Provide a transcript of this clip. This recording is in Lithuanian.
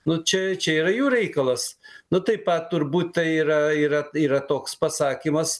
nu čia čia yra jų reikalas nu taip pat turbūt tai yra yra yra toks pasakymas